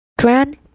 Grand